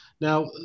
Now